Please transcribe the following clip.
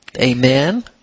Amen